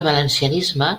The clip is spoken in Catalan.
valencianisme